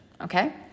okay